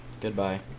goodbye